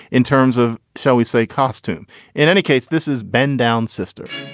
in terms of shall we say costume in any case this is bend down sister.